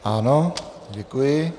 Ano, děkuji.